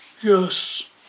Yes